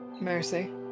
Mercy